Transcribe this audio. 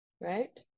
right